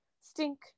stink